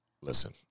listen